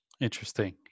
Interesting